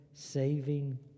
Saving